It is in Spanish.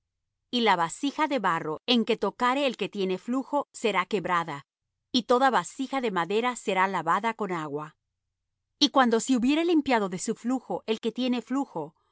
y la vasija de barro en que tocare el que tiene flujo será quebrada y toda vasija de madera será lavada con agua y cuando se hubiere limpiado de su flujo el que tiene flujo